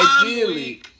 ideally